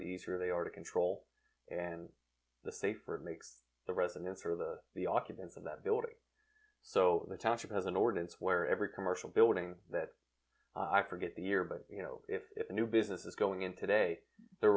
the easier they are to control and the safer it makes the residents or the the occupants of that building so the township has an ordinance where every commercial building that i forget the year but you know if new business is going in today they're